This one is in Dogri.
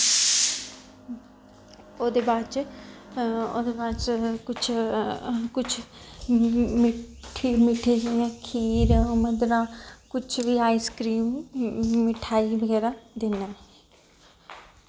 ओह्दे बाद च ओह्दे बाद च कुछ कुछ मिट्ठी मिट्ठी जि'यां खीर हू'न इद्धरा कुछ बी आईस क्रीम मिठाई बगैरा दिन्ने